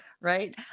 right